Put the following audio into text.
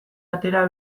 atera